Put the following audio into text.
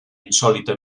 insòlita